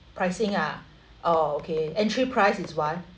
pricing ah oh okay entry price is one